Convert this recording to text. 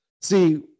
See